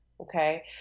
okay